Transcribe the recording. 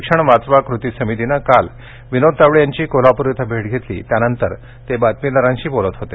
शिक्षण वाचवा कृती समितीनं काल विनोद तावडे यांची कोल्हापूर इथं भेट घेतली त्यानंतर ते वार्ताहरांशी बोलत होते